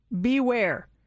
beware